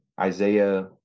isaiah